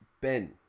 Ben